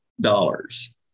dollars